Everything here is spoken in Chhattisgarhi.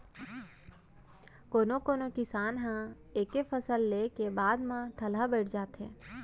कोनो कोनो किसान ह एके फसल ले के बाद म ठलहा बइठ जाथे